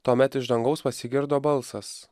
tuomet iš dangaus pasigirdo balsas